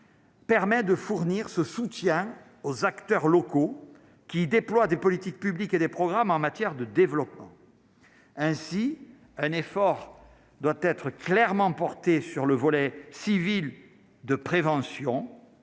Permet de fournir ce soutien aux acteurs locaux qui déploient des politiques publiques et des programmes en matière de développement ainsi un effort doit être clairement porté sur le volet civil de prévention